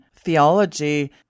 theology